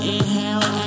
Inhale